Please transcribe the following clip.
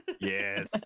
Yes